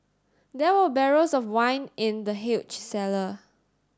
there were barrels of wine in the huge cellar